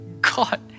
God